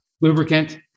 lubricant